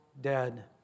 dead